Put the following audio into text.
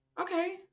Okay